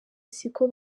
siko